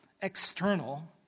external